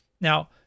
Now